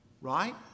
Right